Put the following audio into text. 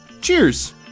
Cheers